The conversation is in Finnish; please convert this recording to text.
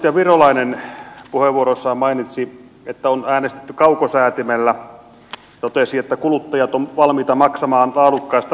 edustaja virolainen puheenvuorossaan mainitsi että on äänestetty kaukosäätimellä ja totesi että kuluttajat ovat valmiita maksamaan laadukkaista ohjelmista